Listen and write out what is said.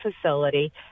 facility